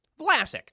Vlasic